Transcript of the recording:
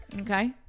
okay